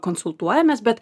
konsultuojamės bet